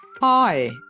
hi